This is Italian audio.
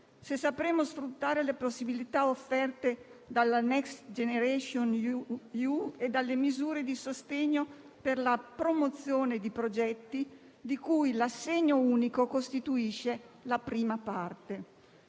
saper sfruttare le possibilità offerte dal Next generation EU e dalle misure di sostegno per la promozione di progetti di cui l'assegno unico costituisce la prima parte.